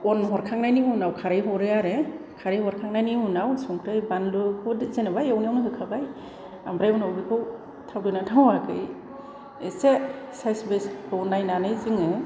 अन हरखांनायनि उनाव खारै हरो आरो खारै हरखांनायनि उनाव संख्रि बानलु बुथ जेन'बा एवखांनायावनो होखाबाय आमफ्राय उनाव बेखौ थावगोन ना थावाखै एसे सायस बायसखौ नायनानै जोंङो